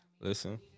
Listen